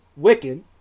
Wiccan